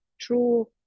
true